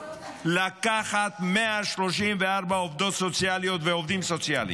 לקחת 134 עובדות סוציאליות ועובדים סוציאליים,